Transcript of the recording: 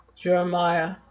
Jeremiah